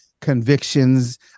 convictions